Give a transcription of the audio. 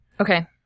Okay